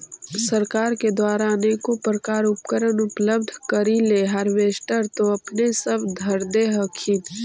सरकार के द्वारा अनेको प्रकार उपकरण उपलब्ध करिले हारबेसटर तो अपने सब धरदे हखिन?